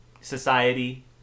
society